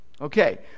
Okay